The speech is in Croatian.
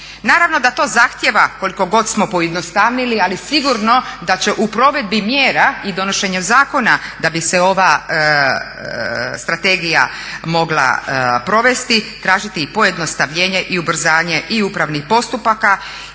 Naravno da to zahtijeva, koliko god smo pojednostavili, ali sigurno da će u provedbi mjera i donošenju zakona da bi se ova strategija mogla provesti tražiti i pojednostavljenje i ubrzanje i upravnih postupaka